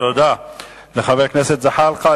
תודה לחבר הכנסת זחאלקה.